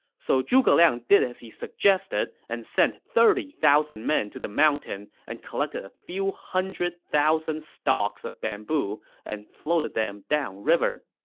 so zhuge liang did as he suggested and sent thirty thousand men to the mountain and collected a few hundred thousand stalks of bamboo and floated them down river.